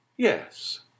Yes